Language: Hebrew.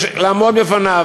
יש לעמוד בפניו,